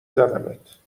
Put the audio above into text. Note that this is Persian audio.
زدمت